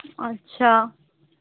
اچھا